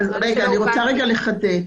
רוצה רגע לחדד.